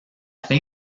fin